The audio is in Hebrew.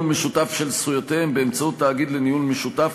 משותף של זכויותיהם באמצעות תאגיד לניהול משותף,